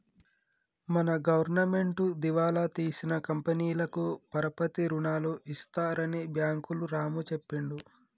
మన గవర్నమెంటు దివాలా తీసిన కంపెనీలకు పరపతి రుణాలు ఇస్తారని బ్యాంకులు రాము చెప్పిండు